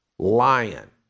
lion